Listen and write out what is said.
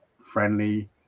friendly